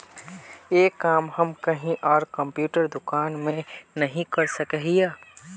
ये काम हम कहीं आर कंप्यूटर दुकान में नहीं कर सके हीये?